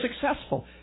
successful